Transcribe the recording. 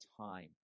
time